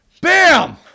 Bam